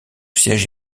siège